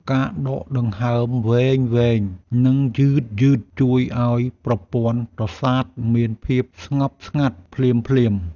ការដកដង្ហើមវែងៗ និងយឺតៗ ជួយឱ្យប្រព័ន្ធប្រសាទមានភាពស្ងប់ស្ងាត់ភ្លាមៗ។